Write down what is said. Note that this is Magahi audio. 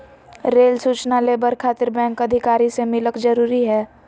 रेल सूचना लेबर खातिर बैंक अधिकारी से मिलक जरूरी है?